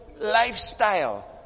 lifestyle